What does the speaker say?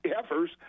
Heifers